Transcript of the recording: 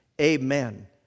Amen